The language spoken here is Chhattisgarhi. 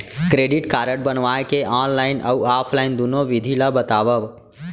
क्रेडिट कारड बनवाए के ऑनलाइन अऊ ऑफलाइन दुनो विधि ला बतावव?